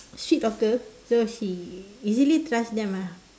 sweet talker so she easily trust them lah